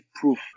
proof